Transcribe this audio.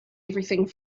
everything